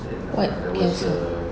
what cancer